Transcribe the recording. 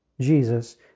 Jesus